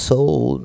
Soul